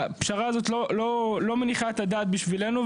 הפשרה הזאת לא מניחה את הדעת בשבילנו,